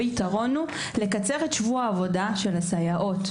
הפתרון הוא לקצר את שבוע העבודה של הסייעות.